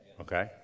Okay